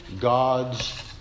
God's